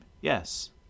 Yes